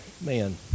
Man